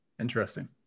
Interesting